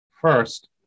First